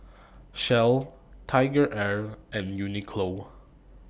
Shell TigerAir and Uniqlo